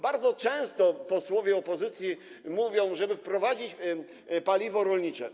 Bardzo często posłowie opozycji mówią, żeby wprowadzić paliwo rolnicze.